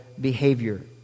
behavior